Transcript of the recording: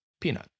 peanut